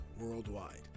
worldwide